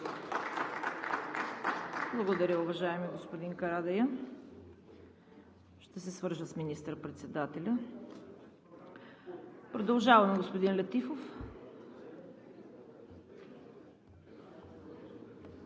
Благодаря, уважаеми господин Карадайъ. Ще се свържа с министър-председателя. Продължаваме, господин Летифов.